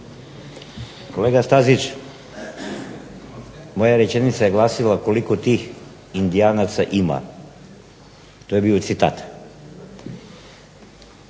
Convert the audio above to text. Kolega Stazić, moja je rečenica glasila koliko tih indijanaca ima? To je bio citat.